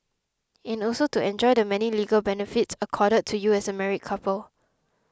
and also to enjoy the many legal benefits accorded to you as a married couple